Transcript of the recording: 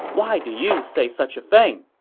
why do you say such a thing?